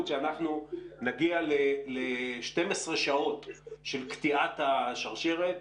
שאנחנו נגיע ל-12 שעות של קטיעת השרשרת.